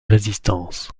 résistance